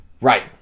Right